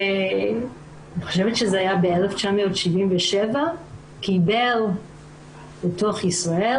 אני חושבת שזה היה ב-1977 הוא קיבל לתוך ישראל